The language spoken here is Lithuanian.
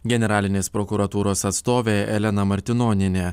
generalinės prokuratūros atstovė elena martinonienė